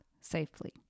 safely